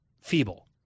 feeble